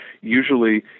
usually